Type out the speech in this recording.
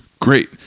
Great